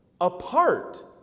apart